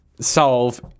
solve